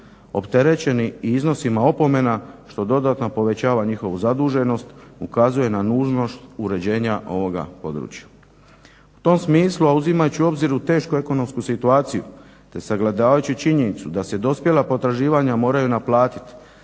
opterećeni i iznosima opomena što dodatno povećava njihovu zaduženost ukazuje na nužnost uređenja ovoga područja. U tom smislu a uzimajući u obzir tešku ekonomsku situaciju te sagledavajući činjenicu da se dospjela potraživanja moraju naplatiti,